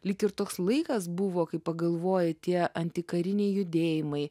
lyg ir toks laikas buvo kai pagalvoji tie antikariniai judėjimai